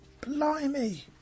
blimey